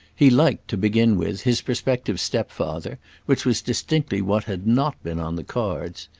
he liked, to begin with, his prospective stepfather which was distinctly what had not been on the cards.